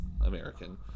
American